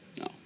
No